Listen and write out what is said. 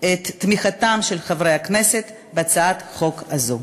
את תמיכתם של חברי הכנסת בהצעת החוק הזאת.